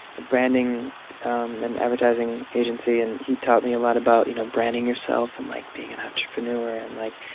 a branding and advertising agency, and he taught me a lot about, you know, branding yourself and, like, being an entrepreneur and, like,